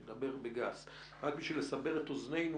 אני מדבר בגס, רק בשביל לסבר את אוזנינו.